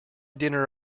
dinner